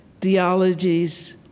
theologies